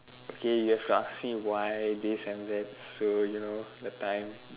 okay so you have to ask why this and that so you know that time